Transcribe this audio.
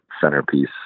centerpiece